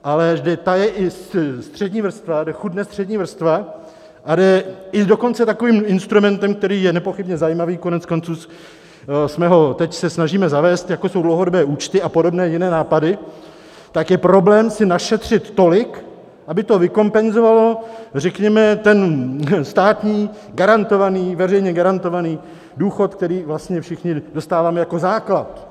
Ale kde taje i střední vrstva, kde chudne střední vrstva, a kde i dokonce takovým instrumentem, který je nepochybně zajímavý, koneckonců se ho teď snažíme zavést, jako jsou dlouhodobé účty a podobné jiné nápady, tak je problém si našetřit tolik, aby to vykompenzovalo řekněme ten státní garantovaný, veřejně garantovaný důchod, který vlastně všichni dostáváme jako základ.